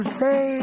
say